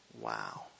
Wow